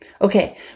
Okay